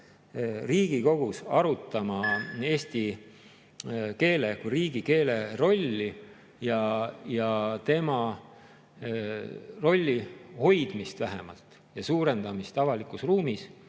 Riigikogus arutama eesti keele kui riigikeele rolli, tema rolli hoidmist vähemalt ja suurendamist avalikus ruumis